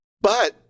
But-